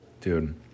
Dude